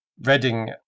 reading